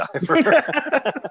Diver